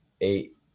eight